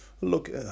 Look